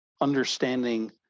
understanding